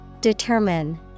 Determine